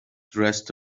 dressed